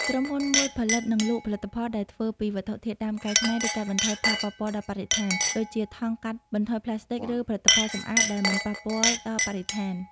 ក្រុមហ៊ុនមួយផលិត និងលក់ផលិតផលដែលធ្វើពីវត្ថុធាតុដើមកែច្នៃ ឬកាត់បន្ថយផលប៉ះពាល់ដល់បរិស្ថាន ដូចជាថង់កាត់បន្ថយប្លាស្ទិក ឬផលិតផលសំអាតដែលមិនប៉ះពាល់ដល់បរិស្ថាន។